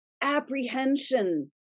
apprehension